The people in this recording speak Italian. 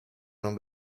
non